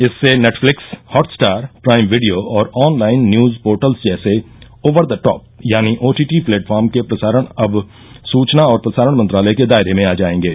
इससे Netflix Hotstar Prime video और online news portals जैसे ओवर द टॉप यानी ओटीटी प्लेटफार्म के प्रसारण अब सुचना और प्रसारण मंत्रालय के दायरे में आ जाएंगे